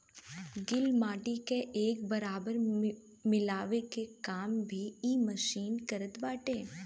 गिल माटी के एक बराबर मिलावे के काम भी इ मशीन करत बाटे